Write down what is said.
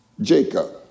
Jacob